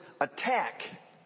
attack